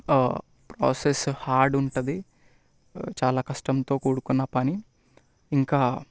process hard ఉంటుంది చాలా కష్టంతో కూడుకున్న పని ఇంకా